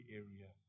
area